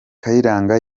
kayiranga